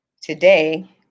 today